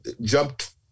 jumped